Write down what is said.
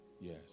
Yes